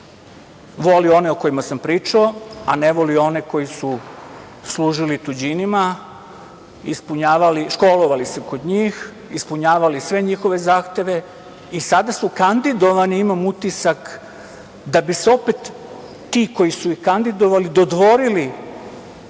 Voli one o kojima sam pričao, a ne voli one koji su služili tuđinima, školovali se kod njih, ispunjavali sve njihove zahteve i sada su kandidovani, imam utisak, da bi se opet ti koji su ih kandidovali dodvorili